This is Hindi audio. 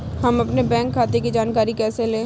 हम अपने बैंक खाते की जानकारी कैसे लें?